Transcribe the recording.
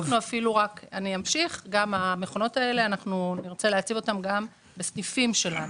את המכונות האלו נרצה להציב גם בסניפים שלנו.